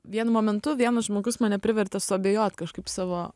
vienu momentu vienas žmogus mane privertė suabejot kažkaip savo